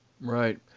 Right